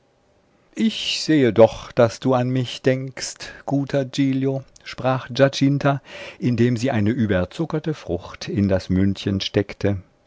ich sehe doch daß du an mich denkst guter giglio sprach giacinta indem sie eine überzuckerte frucht in das mündchen steckte